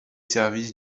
services